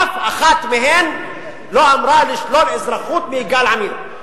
אף אחת מהן לא אמרה לשלול אזרחות מיגאל עמיר.